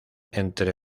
entre